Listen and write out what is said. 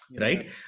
right